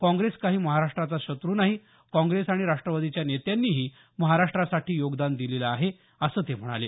काँग्रेस काही महाराष्ट्राचा शत्रू नाही काँग्रेस आणि राष्ट्रवादीच्या नेत्यांनीही महाराष्ट्रासाठी योगदान दिलेलं आहे असं ते म्हणाले